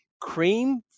cream